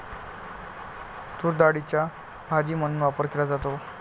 तूरडाळीचा भाजी म्हणून वापर केला जातो